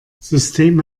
system